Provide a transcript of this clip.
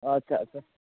अच्छा अच्छा